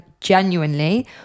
genuinely